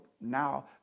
now